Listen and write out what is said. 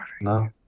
No